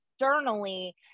externally